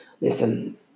Listen